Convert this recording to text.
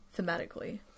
thematically